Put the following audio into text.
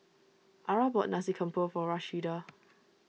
Arah bought Nasi Campur for Rashida